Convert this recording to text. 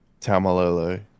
Tamalolo